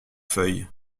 feuilles